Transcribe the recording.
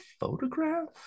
photograph